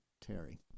Terry